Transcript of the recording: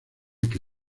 que